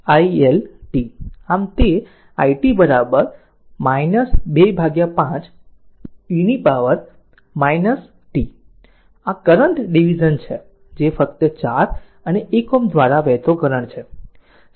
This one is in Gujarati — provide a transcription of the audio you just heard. આમ તે i t 25 e ની પાવર છે આ કરંટ ડીવીઝન છે જે ફક્ત આ 4 અને 1 Ω દ્વારા વહેતો કરંટ છે સમાંતર છે